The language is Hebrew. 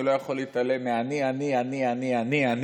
אני לא יכול להתעלם מהאני אני אני אני